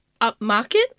upmarket